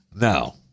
now